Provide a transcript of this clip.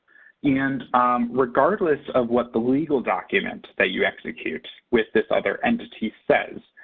and regardless of what the legal document that you execute with this other entity says,